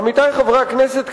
עמיתי חברי הכנסת,